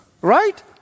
Right